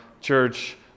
church